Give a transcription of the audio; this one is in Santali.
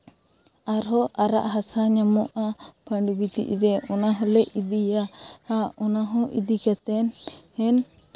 ᱟᱨᱦᱚᱸ ᱟᱨᱟᱜ ᱦᱟᱥᱟ ᱧᱟᱢᱚᱜᱼᱟ ᱚᱱᱟ ᱦᱚᱸᱞᱮ ᱤᱫᱤᱭᱟ ᱚᱱᱟ ᱦᱚᱸ ᱤᱫᱤ ᱠᱟᱛᱮᱫ